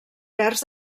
terç